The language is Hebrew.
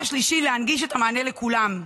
3. להנגיש את המענה לכולם.